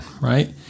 right